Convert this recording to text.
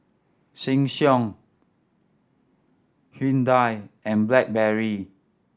Sheng Siong Hyundai and Blackberry